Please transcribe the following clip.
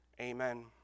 amen